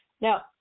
Now